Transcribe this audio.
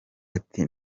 ati